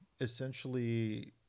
essentially